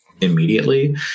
immediately